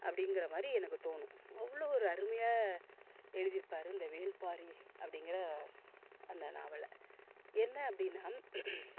அப்படிங்கிற மாதிரி எனக்கு தோணும் அவ்வளோ ஒரு அருமையாக எழுதிருப்பார் இந்த வேள்பாரி அப்படிங்கிற அந்த நாவலை என்ன அப்படினா